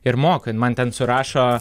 ir moka jin man ten surašo